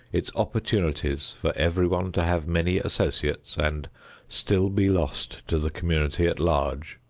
its opportunities for everyone to have many associates and still be lost to the community at large,